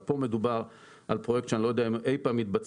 אבל פה מדובר על פרויקט שאני לא יודע אם אי פעם יתבצע.